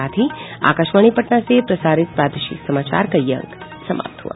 इसके साथ ही आकाशवाणी पटना से प्रसारित प्रादेशिक समाचार का ये अंक समाप्त हुआ